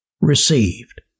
received